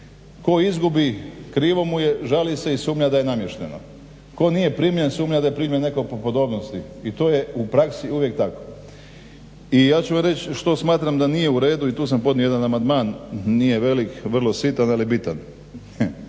Tko izgubi krivo mu je, žali se i sumnja da je namješteno. Tko nije primljen sumnja da je primljen netko po podobnosti i to je u praksi uvijek tako. I ja ću vam reći što smatram da nije uredu i tu sam podnio jedan amandman, nije velik, vrlo sitan ali je bitan.